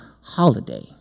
holiday